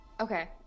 Okay